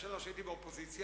ההצלבות.